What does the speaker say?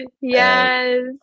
Yes